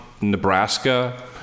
Nebraska